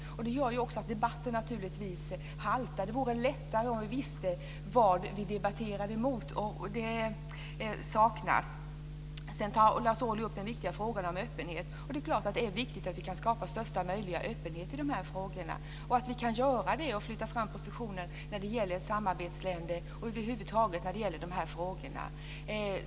Det gör också att debatten naturligtvis haltar. Det vore lättare om vi visste vad vi debatterade mot. Det saknas. Sedan tar Lars Ohly upp den viktiga frågan om öppenhet. Det är klart att det är viktigt att vi kan skapa största möjliga öppenhet i dessa frågor och att vi kan göra det och flytta fram positionen när det gäller samarbetsländer och över huvud taget när det gäller dessa frågor.